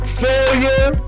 failure